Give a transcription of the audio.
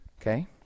Okay